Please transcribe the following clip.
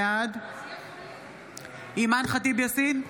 בעד אימאן ח'טיב יאסין,